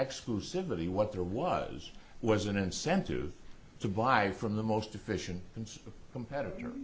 exclusivity what there was was an incentive to buy from the most efficient and competitor